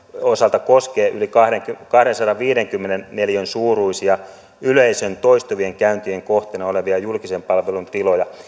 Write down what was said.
osalta koskee yli kahdensadanviidenkymmenen neliön suuruisia yleisön toistuvien käyntien kohteena olevia julkisen palvelun tiloja